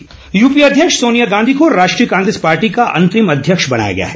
Sonia Gandhi UPA अध्यक्ष सोनिया गांधी को राष्ट्रीय कांग्रेस पार्टी का अंतरिम अध्यक्ष बनाया गया है